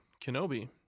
Kenobi